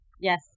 Yes